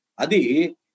Adi